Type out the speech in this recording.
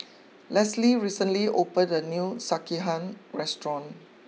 Leslie recently opened a new Sekihan restaurant